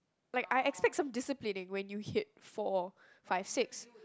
like I expect some disciplining when you hit four five six